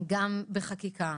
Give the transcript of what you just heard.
גם בחקיקה,